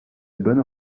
bonnes